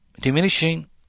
diminishing